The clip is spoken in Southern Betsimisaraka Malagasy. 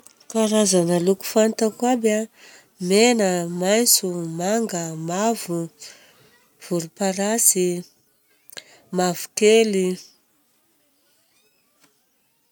Karazana loko fantako aby an: mena, maintso, manga, mavo, voloparasy, dia mavokely.